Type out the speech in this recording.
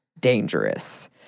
dangerous